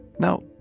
Now